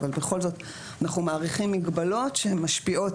אבל בכל זאת אנחנו מאריכים מגבלות שהן משפיעות